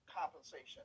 compensation